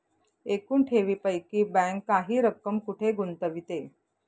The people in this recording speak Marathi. एकूण ठेवींपैकी बँक काही रक्कम कुठे गुंतविते?